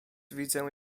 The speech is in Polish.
widzę